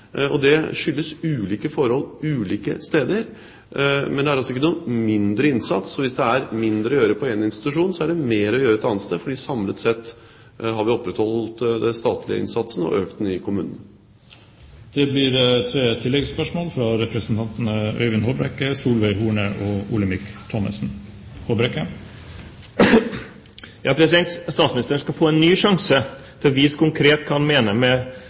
og det skyldes ulike forhold ulike steder. Men det er altså ikke noen mindre innsats. Hvis det er mindre å gjøre på én institusjon, er det mer å gjøre et annet sted, fordi samlet sett har vi opprettholdt den statlige innsatsen og økt den i kommunene. Det blir tre oppfølgingsspørsmål – først Øyvind Håbrekke. Statsministeren skal få en ny sjanse til å vise konkret hva han mener med